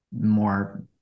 more